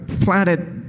planted